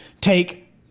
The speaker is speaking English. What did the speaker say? take